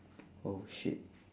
oh shit